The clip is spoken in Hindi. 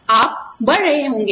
आप बढ़ रहे होंगे